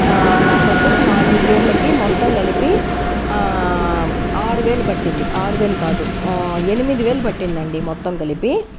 నాకు వచ్చేసి నాలుగు చీరలకి మొత్తం కలిపి ఆరు వేలు పట్టింది ఆరు వేలు కాదు ఎనిమిది వేలు పట్టిందండి మొత్తం కలిపి